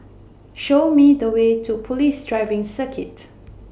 Show Me The Way to Police Driving Circuit